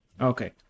Okay